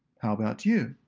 how about you?